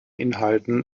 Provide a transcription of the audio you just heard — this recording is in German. inhalten